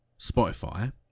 Spotify